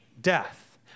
death